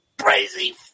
crazy